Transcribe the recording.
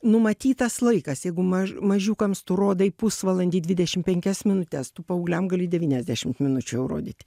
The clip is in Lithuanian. numatytas laikas jeigu maž mažiukams tu rodai pusvalandį dvidešim penkias minutes tu paaugliam gali devyniasdešimt minučių jau rodyt